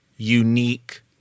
unique